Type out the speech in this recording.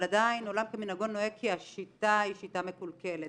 אבל עדיין עולם כמנהגו נוהג כי השיטה היא שיטה מקולקלת.